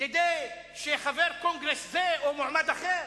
כדי שחבר קונגרס זה או מועמד אחר,